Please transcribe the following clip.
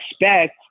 expect